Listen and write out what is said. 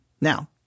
Now